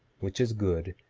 which is good,